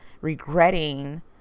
regretting